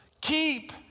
Keep